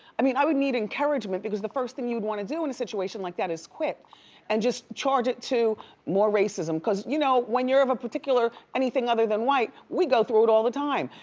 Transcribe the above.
i mean, i would need encouragement because the first thing you'd wanna do in a situation like that is quit and just charge it to more racism. cause you know when you're of a particular, anything other than white, we go through it all the time.